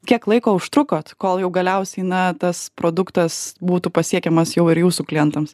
kiek laiko užtrukot kol jau galiausiai na tas produktas būtų pasiekiamas jau ir jūsų klientams